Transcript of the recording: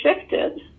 shifted